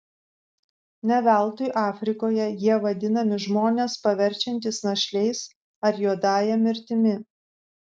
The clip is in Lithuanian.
ne veltui afrikoje jie vadinami žmones paverčiantys našliais ar juodąja mirtimi